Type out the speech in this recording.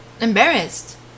Embarrassed